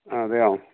അതെയോ